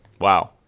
wow